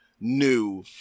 new